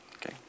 Okay